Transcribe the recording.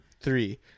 three